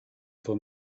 for